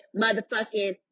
motherfucking